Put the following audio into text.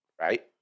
Right